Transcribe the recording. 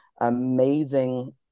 amazing